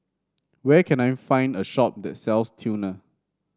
where can I find a shop that sells Tena